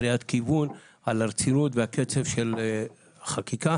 קריאת כיוון על הרצינות והקצב של החקיקה.